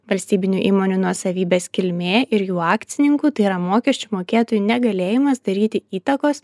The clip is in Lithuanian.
valstybinių įmonių nuosavybės kilmė ir jų akcininkų tai yra mokesčių mokėtojų negalėjimas daryti įtakos